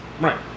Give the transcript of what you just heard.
Right